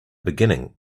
beginning